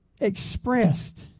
expressed